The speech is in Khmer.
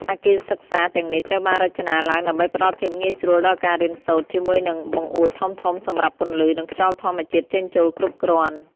អគារសិក្សាទាំងនេះត្រូវបានរចនាឡើងដើម្បីផ្តល់ភាពងាយស្រួលដល់ការរៀនសូត្រ ជាមួយនឹងបង្អួចធំៗសម្រាប់ពន្លឺ និងខ្យល់ធម្មជាតិចេញចូលគ្រប់គ្រាន់។